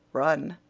run?